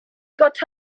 got